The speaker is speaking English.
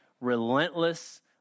relentless